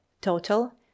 total